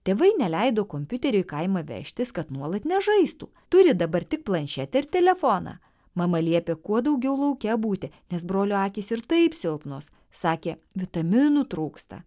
tėvai neleido kompiuterio į kaimą vežtis kad nuolat nežaistų turi dabar tik planšetę ir telefoną mama liepė kuo daugiau lauke būti nes brolio akys ir taip silpnos sakė vitaminų trūksta